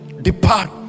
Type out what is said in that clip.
depart